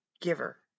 giver